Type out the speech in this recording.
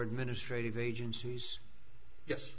administrative agencies yes